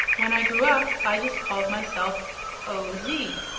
when i grew up i just called myself o. z,